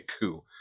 coup